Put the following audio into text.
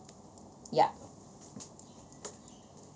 yup